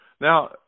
Now